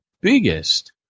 biggest